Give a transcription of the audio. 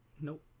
Nope